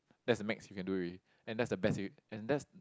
that's the max you can do already and that's the best you and that's